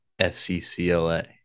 FCCLA